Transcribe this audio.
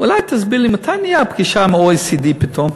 אולי תסביר מתי נהייתה פגישה עם ה-OECD פתאום?